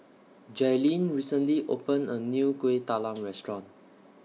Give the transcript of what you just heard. Jailene recently opened A New Kueh Talam Restaurant